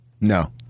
No